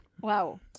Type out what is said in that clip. wow